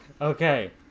Okay